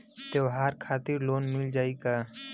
त्योहार खातिर लोन मिल जाई का?